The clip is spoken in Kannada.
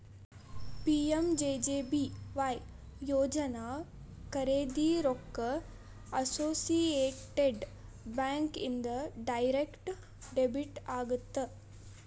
ಪಿ.ಎಂ.ಜೆ.ಜೆ.ಬಿ.ವಾಯ್ ಯೋಜನಾ ಖರೇದಿ ರೊಕ್ಕ ಅಸೋಸಿಯೇಟೆಡ್ ಬ್ಯಾಂಕ್ ಇಂದ ಡೈರೆಕ್ಟ್ ಡೆಬಿಟ್ ಆಗತ್ತ